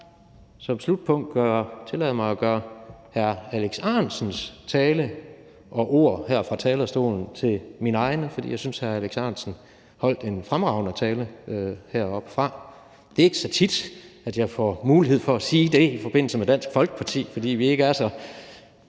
sidste punkt tillade mig at gøre hr. Alex Ahrendtsens tale og ord her fra talerstolen til mine egne, for jeg synes, at hr. Alex Ahrendtsen holdt en fremragende tale heroppefra. Det er ikke så tit, at jeg får mulighed for at sige det i forbindelse med Dansk Folkeparti, fordi vi ikke er så